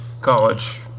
college